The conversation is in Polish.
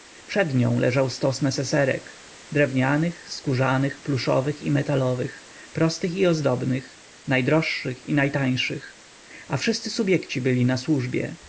przed nią leżał stos neseserek drewnianych skórzanych pluszowych i metalowych prostych i ozdobnych najdroższych i najtańszych a wszyscy subjekci byli na służbie